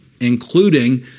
including